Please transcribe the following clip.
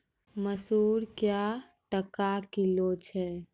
मसूर क्या टका किलो छ?